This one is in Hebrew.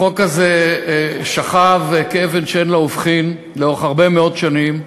החוק הזה שכב כאבן שאין לה הופכין לאורך הרבה מאוד שנים,